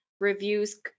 reviews